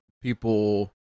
people